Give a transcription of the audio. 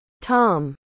tom